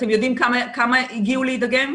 אתם יודעים כמה הגיעו להידגם?